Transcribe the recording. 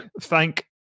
Thank